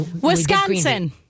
Wisconsin